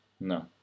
No